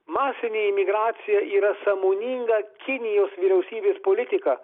masinė imigracija yra sąmoninga kinijos vyriausybės politika